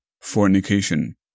Fornication